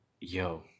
Yo